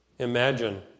Imagine